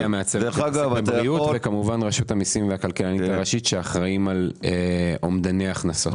גאיה עופר ורשות המיסים והכלכלנית הראשית שאחראים על אומדני הכנסות.